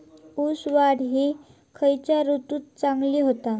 ऊस वाढ ही खयच्या ऋतूत चांगली होता?